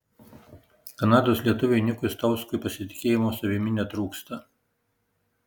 kanados lietuviui nikui stauskui pasitikėjimo savimi netrūksta